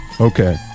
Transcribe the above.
Okay